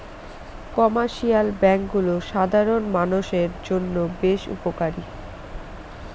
commercial ব্যাঙ্কগুলো সাধারণ মানষের জন্য বেশ উপকারী